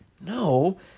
No